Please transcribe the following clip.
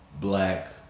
black